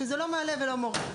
שזה לא מעלה ולא מוריד.